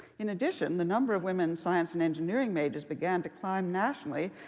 in addition, the number of women science and engineering majors began to climb nationally,